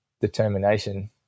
determination